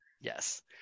yes